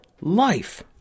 life